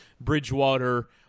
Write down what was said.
Bridgewater